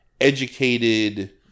educated